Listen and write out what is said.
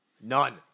none